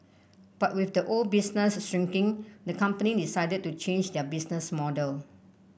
but with the old business shrinking the company decided to change their business model